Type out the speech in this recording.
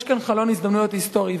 יש כאן חלון הזדמנויות היסטורי,